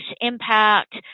impact